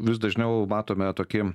vis dažniau matome tokie